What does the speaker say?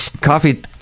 coffee